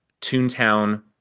toontown